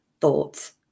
thoughts